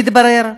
מתברר,